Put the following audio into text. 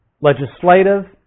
legislative